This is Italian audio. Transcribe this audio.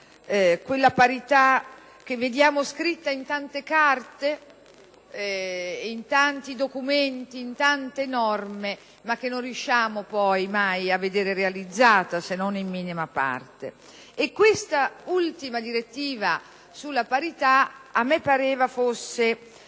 La parità la vediamo scritta in tante carte, in tanti documenti e in tante norme, ma non riusciamo poi a vederla realizzata, se non in minima parte. Quest'ultima direttiva sulla parità a me pareva fosse